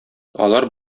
алар